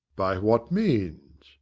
by what means?